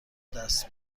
دست